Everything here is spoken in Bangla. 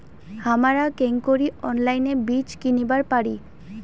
হামরা কেঙকরি অনলাইনে বীজ কিনিবার পারি?